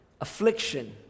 affliction